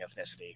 ethnicity